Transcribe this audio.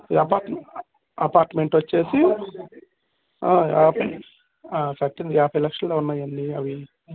apartment apartment వచ్చి సద్యానికి యాభై లక్షలు ఉన్నాయండి అవి